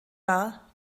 war